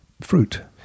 Fruit